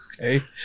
Okay